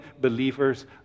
believers